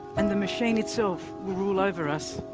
and the machine itself will rule over us.